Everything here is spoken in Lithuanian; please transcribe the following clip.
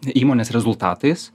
įmonės rezultatais